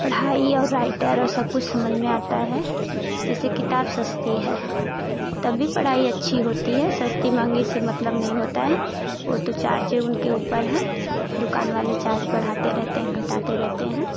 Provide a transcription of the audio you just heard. पढ़ाई और राइटर और सब कुछ समझ में आता है जैसे किताब सस्ती है तब भी पढ़ाई अच्छी होती है सस्ती मंहगी से मतलब नहीं होता है ओ तो चार्ज है उनके ऊपर है दुकान वाले चार्ज बढ़ाते रहते हैं घटाते रहते हैं